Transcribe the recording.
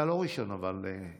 אתה לא ראשון, אבל.